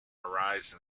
arise